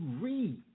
read